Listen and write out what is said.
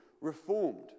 reformed